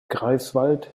greifswald